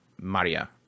Maria